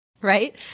Right